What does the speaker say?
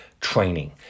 training